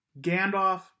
Gandalf